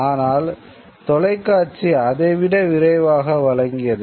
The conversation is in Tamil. ஆனால் தொலைக்காட்சி அதைவிட விரைவாக வழங்கியது